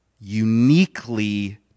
uniquely